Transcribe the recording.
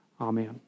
Amen